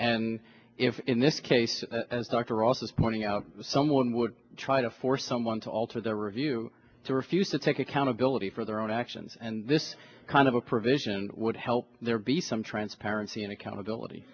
and if in this case as dr also is pointing out someone would try to force someone to alter their review to refuse to take accountability for their own actions and this kind of a provision would help there be some transparency and accountability